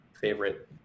favorite